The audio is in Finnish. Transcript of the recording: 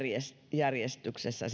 järjestyksessä